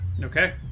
okay